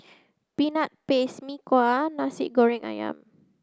peanut paste Mee Kuah and Nasi Goreng Ayam